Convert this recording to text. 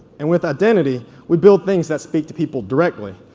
and with identity, we build things that speak to people directly,